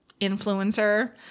influencer